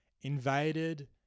invaded